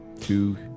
two